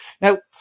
Now